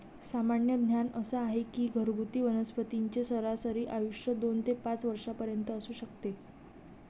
सामान्य ज्ञान असा आहे की घरगुती वनस्पतींचे सरासरी आयुष्य दोन ते पाच वर्षांपर्यंत असू शकते